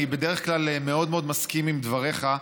אני בדרך כלל מאוד מאוד מסכים לדבריך,